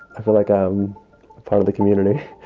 i feel like um part of the community.